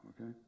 Okay